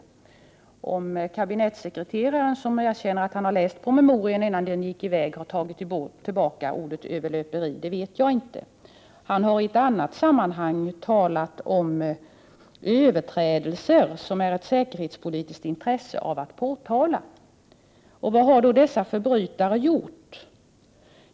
Om kabinettssekreteraren, som erkänner att han har läst promemorian innan den gick vidare, har tagit tillbaka anklagelsen för överlöperi, det vet jag inte. Han har i ett annat sammanhang talat om överträdelser som det är av säkerhetspolitiskt intresse att påtala. Vad har då dessa ”förbrytare” gjort?